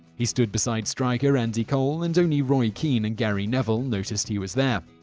he stood beside striker andy cole, and only roy keane and gary neville noticed he was there.